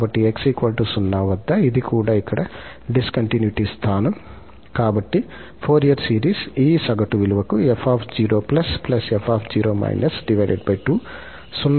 కాబట్టి 𝑥 0 వద్ద ఇది కూడా ఇక్కడ డిస్కంటిన్యుటీ స్థానం కాబట్టి ఫోరియర్ సిరీస్ ఈ సగటు విలువకు 0 పరిమితి విలువ వద్ద కన్వర్జ్ అవుతుంది